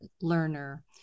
learner